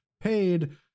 paid